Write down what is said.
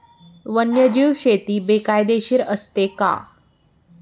वन्यजीव शेती बेकायदेशीर असते का?